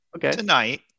tonight